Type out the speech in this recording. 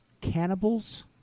cannibals